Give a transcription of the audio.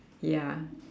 ya